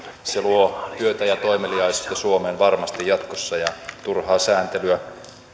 se luo työtä ja toimeliaisuutta suomeen varmasti jatkossa ja turhaa sääntelyä